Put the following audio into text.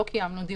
לא קיימנו דיון.